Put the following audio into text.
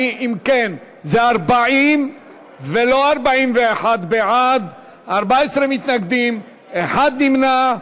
זה 40 ולא 41 בעד, 14 מתנגדים, אחד נמנע.